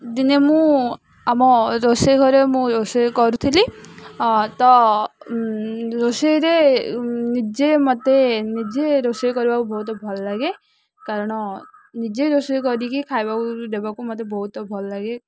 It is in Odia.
ଦିନେ ମୁଁ ଆମ ରୋଷେଇ ଘରେ ମୁଁ ରୋଷେଇ କରୁଥିଲି ତ ରୋଷେଇରେ ନିଜେ ମୋତେ ନିଜେ ରୋଷେଇ କରିବାକୁ ବହୁତ ଭଲଲାଗେ କାରଣ ନିଜେ ରୋଷେଇ କରିକି ଖାଇବାକୁ ଦେବାକୁ ମୋତେ ବହୁତ ଭଲଲାଗେ